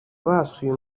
basuye